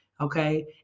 okay